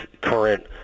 current